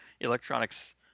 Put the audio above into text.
electronics